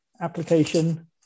application